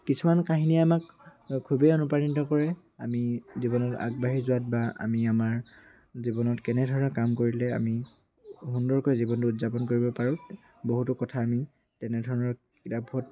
কিছুমান কাহিনীয়ে আমাক খুবেই অনুপ্ৰাণিত কৰে আমি জীৱনত আগবাঢ়ি যোৱাত বা আমি আমাৰ জীৱনত কেনেধৰণৰ কাম কৰিলে আমি সুন্দৰকৈ জীৱনটো উদযাপন কৰিব পাৰোঁ বহুতো কথা আমি তেনেধৰণৰ কিতাপত